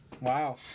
Wow